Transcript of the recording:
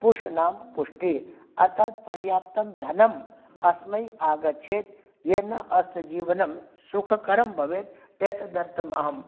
पुषणां पुष्टिः अर्थात् पर्याप्तं धनम् अस्मै आगच्छेत् येन अस्य जीवनं सुखकरं भवेत् एतदर्थम् अहं